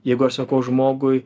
jeigu aš sakau žmogui